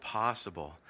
possible